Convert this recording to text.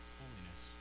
holiness